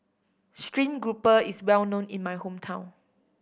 stream grouper is well known in my hometown